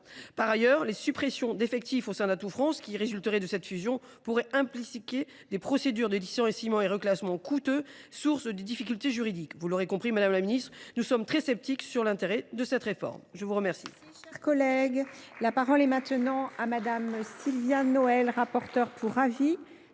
Par ailleurs, les suppressions d’effectifs au sein d’Atout France qui résulteraient d’une fusion pourraient impliquer des procédures de licenciement et reclassement coûteuses et sources de difficultés juridiques. Vous l’aurez compris, madame la ministre, nous sommes très sceptiques sur l’intérêt de cette réforme. La parole